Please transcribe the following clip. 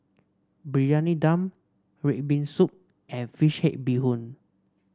Briyani Dum red bean soup and fish head Bee Hoon